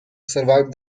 survived